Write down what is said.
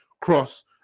cross